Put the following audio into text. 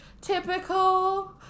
typical